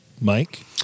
Mike